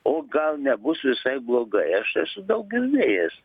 o gal nebus visai blogai aš esu daug girdėjęs